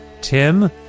Tim